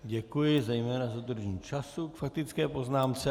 Děkuji zejména za dodržení času k faktické poznámce.